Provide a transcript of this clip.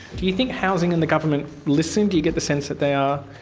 do you think housing and the government listen? do you get the sense that they are,